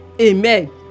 Amen